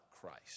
Christ